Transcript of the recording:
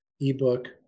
ebook